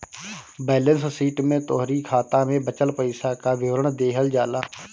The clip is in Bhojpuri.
बैलेंस शीट में तोहरी खाता में बचल पईसा कअ विवरण देहल जाला